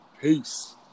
Peace